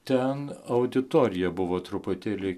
ten auditorija buvo truputėlį